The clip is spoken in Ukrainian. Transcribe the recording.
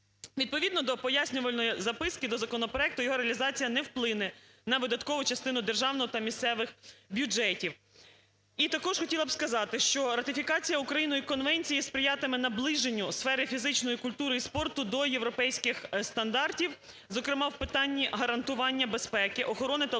Відповідно до пояснювальної записки до законопроекту його реалізації не вплине на видаткову частину державного та місцевих бюджетів. І також хотіла б сказати, що ратифікація Україною конвенції сприятиме наближенню сфери фізичної культури і спорту до європейських стандартів, зокрема в питанні гарантування безпеки, охорони та